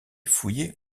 fouiller